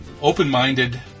open-minded